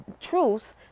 truths